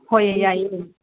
ꯍꯣꯏꯌꯦ ꯌꯥꯏꯌꯦ